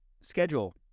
schedule